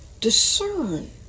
discern